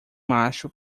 macho